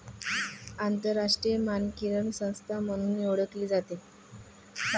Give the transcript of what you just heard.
आंतरराष्ट्रीय मानकीकरण संस्था म्हणूनही ओळखली जाते